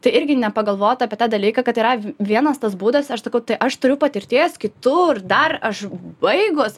tai irgi nepagalvota apie tą dalyką kad yra vienas tas būdas aš sakau tai aš turiu patirties kitur dar aš baigus